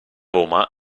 roma